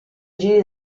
giri